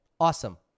Awesome